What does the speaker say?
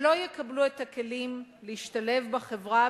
שלא יקבלו את הכלים להשתלב בחברה,